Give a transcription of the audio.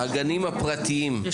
יש